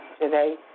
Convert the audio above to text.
today